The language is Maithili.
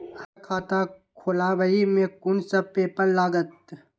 हमरा खाता खोलाबई में कुन सब पेपर लागत?